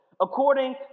according